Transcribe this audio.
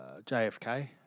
JFK